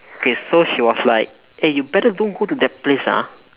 okay so she was like eh you better don't go to that place ah